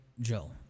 Joe